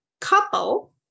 couple